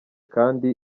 kandi